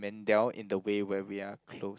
Mendel in the way where we are close